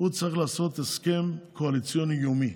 צריך לעשות הסכם קואליציוני יומי.